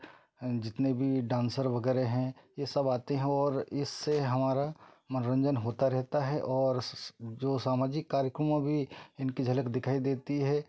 जितने भी डांसर वगैरह हैं यह सब आते हैं और इससे हमारा मनोरंजन होता रहता है और जो सामाजिक कार्यक्रमों भी इनकी झलक दिखाई देती है